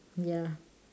ya